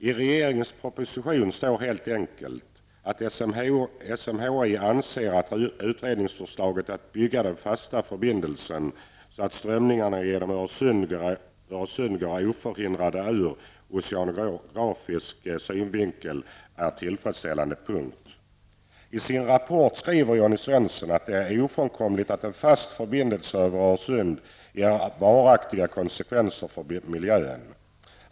I regeringens proposition står helt enkelt att SMHI anser att utredningsförslaget att bygga den fasta förbindelsen så att strömningarna genom Öresund går oförhindrade ur oceanografisk synvinkel är tillfredsställande. Punkt och slut. I sin rapport skriver Jonny Svensson att det är ofrånkomligt att en fast förbindelse över Öresund ger varaktiga konsekvenser för miljön.